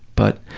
but,